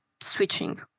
switching